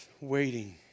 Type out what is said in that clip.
waiting